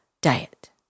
diet